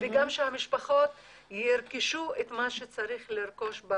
וגם שהמשפחות ירכשו את מה שצריך לרכוש.